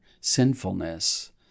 sinfulness